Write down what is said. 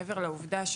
מעבר לעובדה,